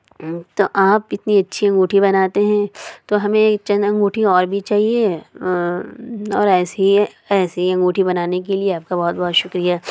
تو آپ اتنی اچھی انگوٹھی بناتے ہیں تو ہمیں چند انگوٹھی اور بھی چاہیے اور ایسی ہی ایسی ہی انگوٹھی بنانے کے لیے آپ کا بہت بہت شکریہ